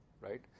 right